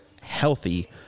healthy